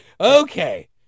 Okay